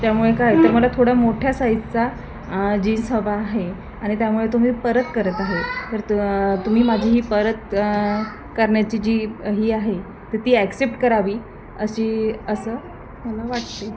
त्यामुळे काय तर मला थोड्या मोठ्या साईजचा जीन्स हवा आहे आणि त्यामुळे तुम्ही परत करत आहे तर तु तुम्ही माझी ही परत करण्याची जी ही आहे त ती ॲक्सेप्ट करावी अशी असं मला वाटते